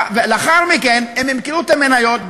ולאחר מכן אם הם ימכרו את המניות,